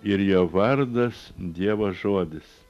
ir jo vardas dievo žodis